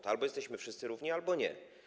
To albo jesteśmy wszyscy równi, albo nie.